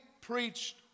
preached